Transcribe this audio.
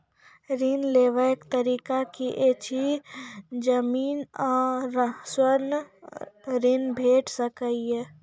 ऋण लेवाक तरीका की ऐछि? जमीन आ स्वर्ण ऋण भेट सकै ये?